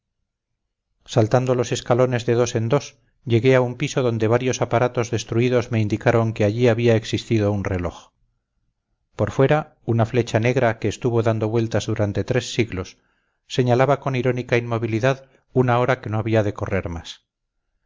saltando los escalones de dos en dos llegué a un piso donde varios aparatos destruidos me indicaron que allí había existido un reloj por fuera una flecha negra que estuvo dando vueltas durante tres siglos señalaba con irónica inmovilidad una hora que no había de correr más